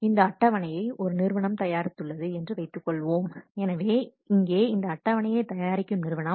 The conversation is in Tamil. இந்த அட்டவணையை ஒரு நிறுவனம் தயாரித்துள்ளது என்று வைத்துக் கொள்வோம் எனவே இங்கே இந்த அட்டவணையை தயாரிக்கும் நிறுவனம்